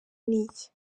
n’iki